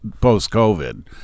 post-COVID